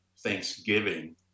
Thanksgiving